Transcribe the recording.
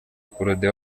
perraudin